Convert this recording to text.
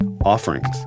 offerings